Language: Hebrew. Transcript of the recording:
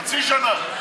חצי שנה,